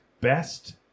Best